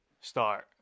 start